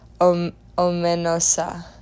Omenosa